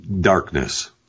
darkness